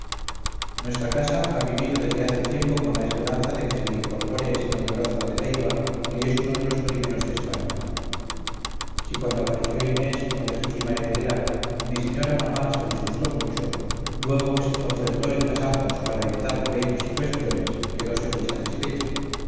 nuestra casa ha vivido desde hace tiempo con la esperanza de que se le incorpore ese mayorazgo de leiva que es uno de los primeros de españa si cuando apareció inés como legítima heredera mi señora mamá se disgustó mucho luego que se concertó el casarnos para evitar pleitos y cuestiones quedose muy satisfecha